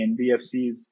NBFCs